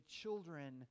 children